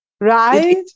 Right